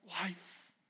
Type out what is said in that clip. life